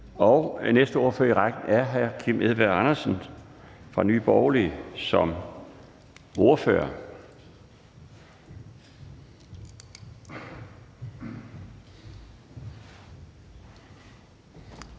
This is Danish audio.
og næste ordfører i rækken er hr. Kim Edberg Andersen fra Nye Borgerlige.